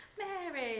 Mary